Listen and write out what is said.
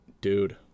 dude